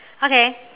okay